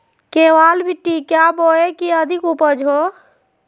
केबाल मिट्टी क्या बोए की अधिक उपज हो?